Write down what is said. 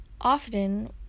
Often